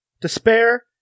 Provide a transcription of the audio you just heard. Despair